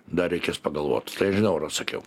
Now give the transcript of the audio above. dar reikės pagalvot tai žinau ar atsakiau